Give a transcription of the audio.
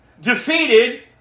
defeated